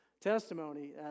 testimony